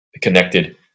connected